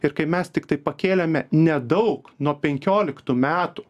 ir kai mes tiktai pakėlėme nedaug nuo penkioliktų metų